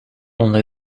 only